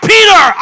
Peter